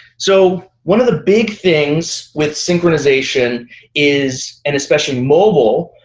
so one of the big things with synchronization is, and especially mobile,